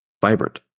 vibrant